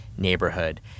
neighborhood